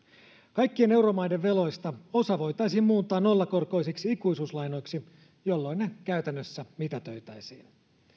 kaikkien euromaiden veloista osa voitaisiin muuttaa nollakorkoisiksi ikuisuuslainoiksi jolloin ne käytännössä mitätöitäisiin